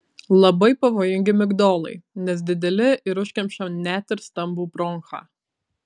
labai pavojingi migdolai nes dideli ir užkemša net ir stambų bronchą